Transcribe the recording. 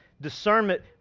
discernment